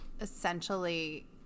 essentially